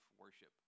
worship